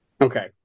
Okay